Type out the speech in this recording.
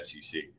SEC